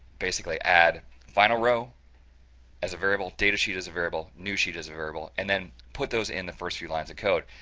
basically add finalrow as a variable, datasheet as a variable, newsheet as a variable, and then put those in the first few lines of code.